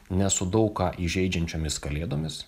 ne su daug ką įžeidžiančiomis kalėdomis